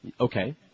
Okay